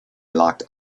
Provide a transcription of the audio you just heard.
locked